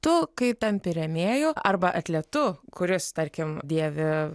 tu kai tampi rėmėju arba atletu kuris tarkim dėvi